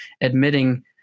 admitting